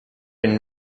been